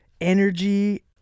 energy